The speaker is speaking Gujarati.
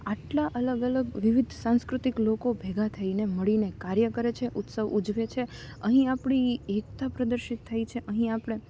આટલા અલગ અલગ વિવિધ સાંસ્કૃતિક લોકો ભેગા થઈને મળીને કાર્ય કરે છે ઉત્સવ ઉજવે છે અહીં આપણી એકતા પ્રદર્શિત થાય છે અહીં આપણે